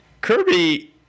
Kirby